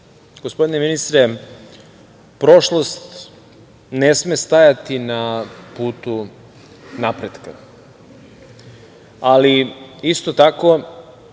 gospodine ministre, prošlost ne sme stajati na putu napretka, ali isto tako